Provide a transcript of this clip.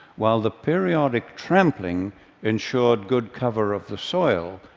while the periodic trampling ensured good cover of the soil,